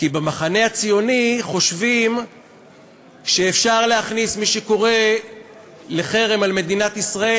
כי במחנה הציוני חושבים שאפשר להכניס את מי שקורא לחרם על מדינת ישראל,